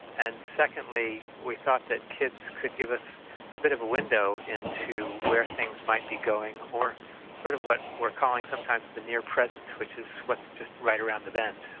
and secondly, we thought that kids could give us a bit of a window into where things might be going sort of what we're calling sometimes the near present, which is what's just right around the bend,